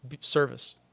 service